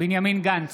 בנימין גנץ,